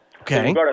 Okay